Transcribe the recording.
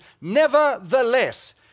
nevertheless